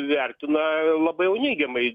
vertina labai jau neigiamai